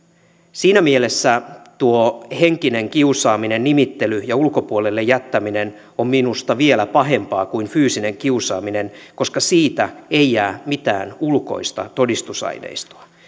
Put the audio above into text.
siinä mielessä tuo henkinen kiusaaminen nimittely ja ulkopuolelle jättäminen on minusta vielä pahempaa kuin fyysinen kiusaaminen koska siitä ei jää mitään ulkoista todistusaineistoa